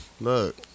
look